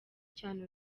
cyane